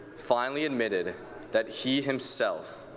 finally admitted that he, himself,